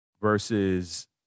versus